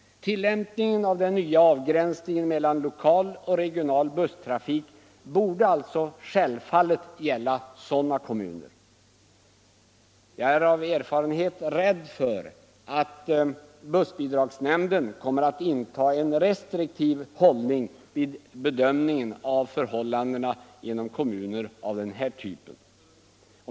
Tillämpningen av den nya avgränsningen mellan lokal och regional busstrafik borde självfallet gälla sådana kommuner. Jag är av erfarenhet rädd för att bussbidragsnämnden kommer att inta en restriktiv hållning vid bedömningen av förhållandena inom kommuner av denna typ.